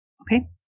Okay